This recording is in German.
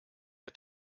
der